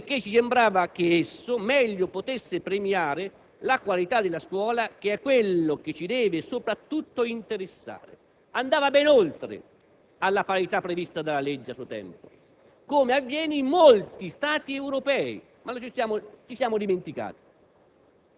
ad esempio quello del finanziamento della funzione docente perché ci sembrava che esso meglio potesse premiare la qualità della scuola, che è quello che ci deve soprattutto interessare». Il senatore Giaretta andava ben oltre la parità prevista dalla legge a suo tempo,